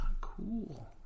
cool